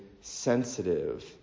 sensitive